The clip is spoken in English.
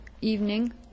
evening